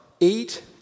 eight